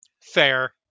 Fair